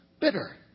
bitter